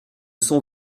sont